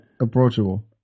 approachable